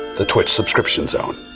the twitch subscription zone.